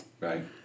Right